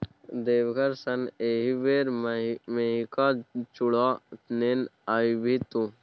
देवघर सँ एहिबेर मेहिका चुड़ा नेने आबिहे तु